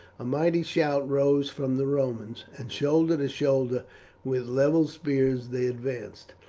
a mighty shout rose from the romans, and shoulder to shoulder with levelled spears they advanced,